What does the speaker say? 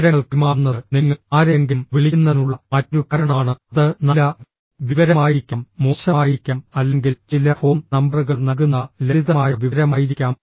വിവരങ്ങൾ കൈമാറുന്നത് നിങ്ങൾ ആരെയെങ്കിലും വിളിക്കുന്നതിനുള്ള മറ്റൊരു കാരണമാണ് അത് നല്ല വിവരമായിരിക്കാം മോശമായിരിക്കാം അല്ലെങ്കിൽ ചില ഫോൺ നമ്പറുകൾ നൽകുന്ന ലളിതമായ വിവരമായിരിക്കാം